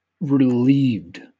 relieved